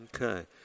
Okay